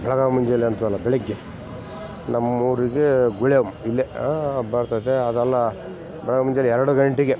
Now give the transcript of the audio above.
ಬೆಳಗ್ಗೆ ಮುಂಜಾನೆ ಅಂತಿವಲ್ಲ ಬೆಳಗ್ಗೆ ನಮ್ಮೂರಿಗೆ ಗುಳಿಯಮ್ಮ ಇಲ್ಲೇ ಬರ್ತೈತೆ ಅದೆಲ್ಲಾ ಬೆಳಗ್ಗೆ ಮುಂಜಾನೆ ಎರಡು ಗಂಟೆಗೆ